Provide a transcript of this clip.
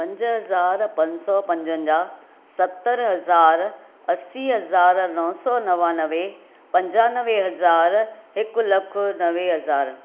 पंज हज़ार पंज सौ पंजवंजाहु सतरि हज़ार असी हज़ार नौ सौ नवानवे पंजानवे हज़ार हिकु लख नवे हज़ार